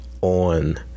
on